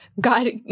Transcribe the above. God